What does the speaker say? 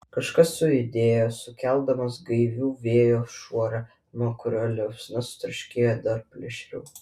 kažkas sujudėjo sukeldamas gaivų vėjo šuorą nuo kurio liepsna sutraškėjo dar plėšriau